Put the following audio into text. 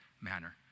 manner